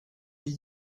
les